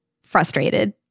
frustrated